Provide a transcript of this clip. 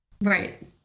Right